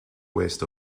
west